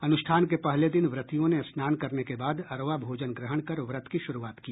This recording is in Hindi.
अनुष्ठान के पहले दिन व्रतियों ने स्नान करने के बाद अरवा भोजन ग्रहण कर व्रत की श्रूआत की